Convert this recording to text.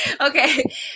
Okay